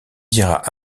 diras